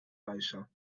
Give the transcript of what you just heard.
reicher